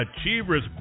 Achievers